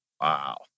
Wow